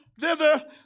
thither